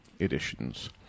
editions